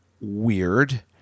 weird